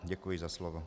Děkuji za slovo.